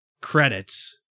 credits